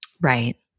Right